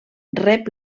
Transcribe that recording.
rep